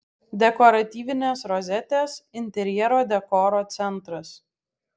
dekoratyvinės rozetės interjero dekoro centras